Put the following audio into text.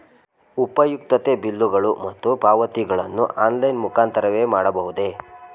ಉಪಯುಕ್ತತೆ ಬಿಲ್ಲುಗಳು ಮತ್ತು ಪಾವತಿಗಳನ್ನು ಆನ್ಲೈನ್ ಮುಖಾಂತರವೇ ಮಾಡಬಹುದೇ?